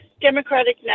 Democratic